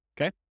okay